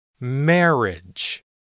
Marriage